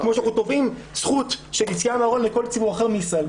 כמו שאנחנו תובעים זכות של יציאה מהארון לכל ציבור אחר מישראל,